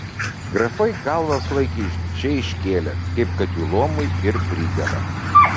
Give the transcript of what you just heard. grafai galvas laikė išdidžiai iškėlę kaip kad jų luomui ir pridera